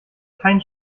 kein